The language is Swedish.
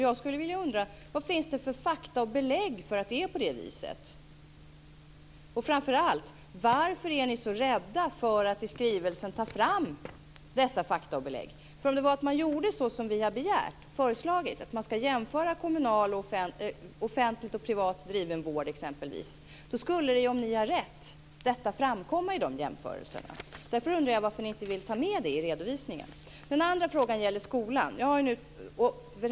Jag undrar vad det finns för fakta och belägg för att det är på det viset. Och framför allt undrar jag varför ni är så rädda för att ta fram dessa fakta och belägg i skrivelsen. Om man gjorde såsom vi har föreslagit och jämförde exempelvis offentligt och privat driven vård så skulle detta, om ni har rätt, framkomma i jämförelserna. Därför undrar jag om ni inte vill ta med det i redovisningen. Den andra frågan gäller skolan.